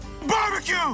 Barbecue